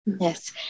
Yes